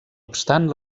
obstant